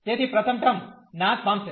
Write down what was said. તેથી પ્રથમ ટર્મ નાશ પામશે